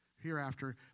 hereafter